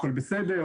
הכול בסדר,